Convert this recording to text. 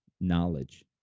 knowledge